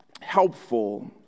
helpful